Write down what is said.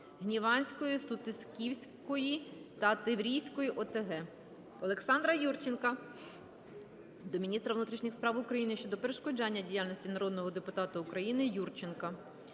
Гніванської, Сутисківської та Тиврівської ОТГ. Олександра Юрченка до міністра внутрішніх справ України щодо перешкоджання діяльності народного депутата України О.М. Юрченка.